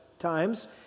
Times